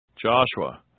Joshua